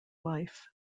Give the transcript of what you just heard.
life